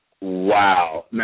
Wow